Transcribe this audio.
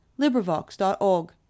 LibriVox.org